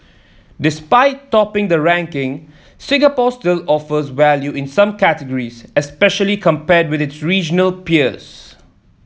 despite topping the ranking Singapore still offers value in some categories especially compared with its regional peers